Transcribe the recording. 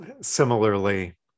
similarly